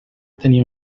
tenia